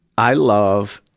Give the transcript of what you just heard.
i love,